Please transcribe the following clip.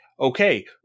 okay